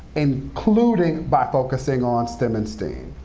including by focusing on stem and steam.